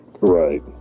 right